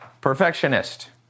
perfectionist